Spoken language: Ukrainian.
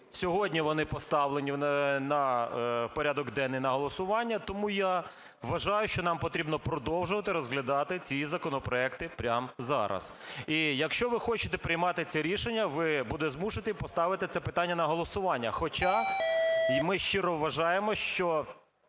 Сьогодні вони поставлені на порядок денний, на голосування. Тому я вважаю, що нам потрібно продовжувати розглядати ці законопроекти прямо зараз. І якщо ви хочете приймати це рішення, ви будете змушений поставити це питання на голосування. Хоча ми щиро вважаємо, що